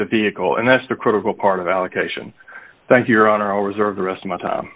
the vehicle and that's the critical part of allocation thank you are on our reserve the rest of my time